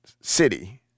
city